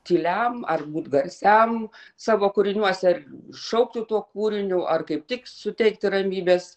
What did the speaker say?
tyliam ar būt garsiam savo kūriniuose ar šaukti tuo kūriniu ar kaip tik suteikti ramybės